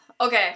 Okay